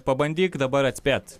pabandyk dabar atspėt